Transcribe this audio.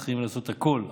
צריכים לעשות הכול,